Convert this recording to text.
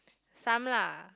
some lah